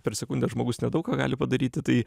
per sekundę žmogus nedaug ką gali padaryti tai